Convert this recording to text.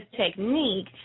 technique